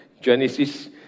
Genesis